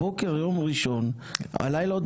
בוקר יום ראשון, הלילה עוד מדליקים נרות חנוכה.